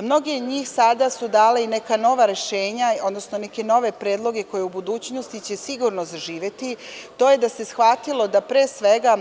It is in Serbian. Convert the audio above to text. Mnogi su dali i neka nova rešenja, odnosno neke nove predloge koje će u budućnosti sigurno zaživeti, a to je da se shvatilo da pre svega